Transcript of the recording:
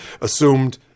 assumed